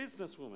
businesswoman